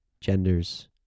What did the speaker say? genders